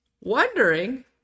Wondering